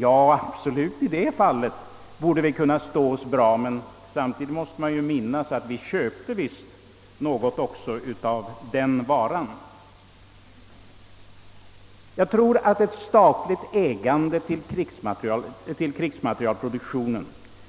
Ja, i det fallet borde vi absolut ha kunnat stå oss bra i konkurrensen När det gäller »bloodhound-roboten» låt mig erinra om att vi visst också köpte något av den varan. Jag tror att ett statligt ägande av krigsmaterielproduktionen